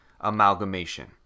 amalgamation